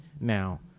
Now